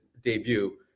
debut